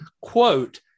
quote